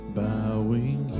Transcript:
bowing